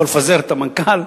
יכול לפטר את המנכ"ל,